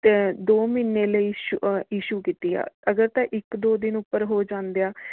ਅਤੇ ਦੋ ਮਹੀਨੇ ਲਈ ਈਸ਼ੂ ਈਸ਼ੂ ਕੀਤੀ ਹੈ ਅਗਰ ਤਾਂ ਇੱਕ ਦੋ ਦਿਨ ਉੱਪਰ ਹੋ ਜਾਂਦੇ ਹੈ